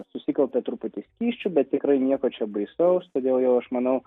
susikaupė truputį skysčių bet tikrai nieko čia baisaus todėl jau aš manau